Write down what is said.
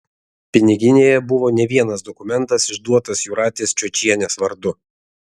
piniginėje buvo ne vienas dokumentas išduotas jūratės čiočienės vardu